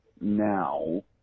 now